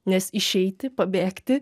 nes išeiti pabėgti